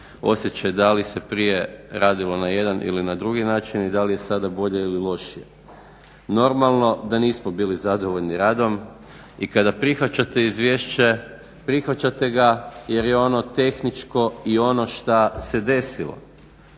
osjećaj da li se prije radilo na jedna ili na drugi način, i da li je sada bolje ili lošije. Normalno da nismo bili zadovoljni radom. I kada prihvaćate izvješće, prihvaćate ga jer je ono tehničko i ono šta se desilo,